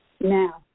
Now